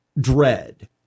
Dread